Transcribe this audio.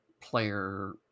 player